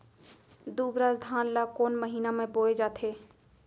दुबराज धान ला कोन महीना में बोये जाथे?